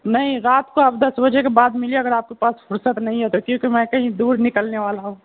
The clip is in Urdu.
نہیں رات کو آپ دس بجے کے بعد ملیے اگر آپ کے پاس فرصت نہیں ہے تو کیونکہ میں کہیں دور نکلنے والا ہوں